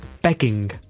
begging